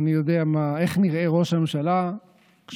אני יודע איך נראה ראש ממשלה כשהוא